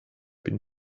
been